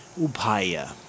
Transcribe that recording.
Upaya